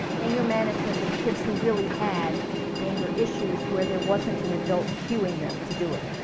anger management with kids who really had anger issues where there wasn't an adult queuing them to do it